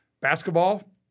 Basketball